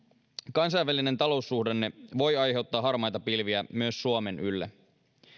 kansainvälinen taloussuhdanne voi aiheuttaa harmaita pilviä myös suomen ylle